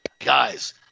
Guys